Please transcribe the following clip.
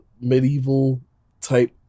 medieval-type